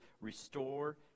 restore